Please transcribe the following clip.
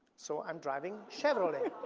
so, i'm driving chevrolet.